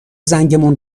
زنگمون